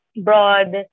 broad